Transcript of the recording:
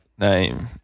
Name